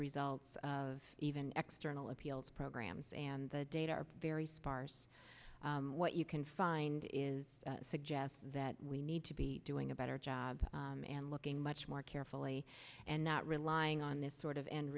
results of even x during all appeals programs and the data are very sparse what you can find is suggest that we need to be doing a better job and looking much more carefully and not relying on this sort of end